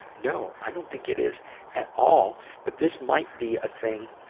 no! i don't think it is at all. but this might be a thing